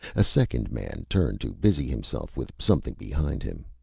a second man turned to busy himself with something behind him.